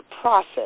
process